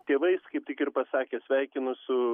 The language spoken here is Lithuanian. tėvais kaip tik ir pasakė sveikinu su